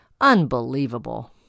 Unbelievable